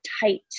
tight